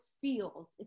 feels